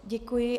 Děkuji.